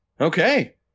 Okay